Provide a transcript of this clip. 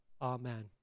Amen